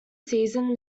season